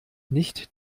nicht